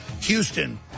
Houston